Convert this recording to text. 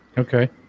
Okay